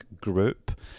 group